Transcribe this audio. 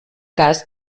cas